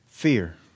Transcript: Fear